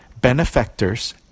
benefactors